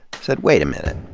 said, wait a minute.